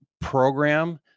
program